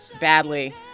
Badly